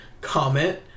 comment